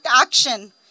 action